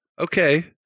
okay